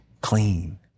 clean